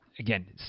again